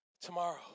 tomorrow